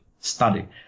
study